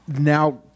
now